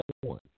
one